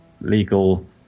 legal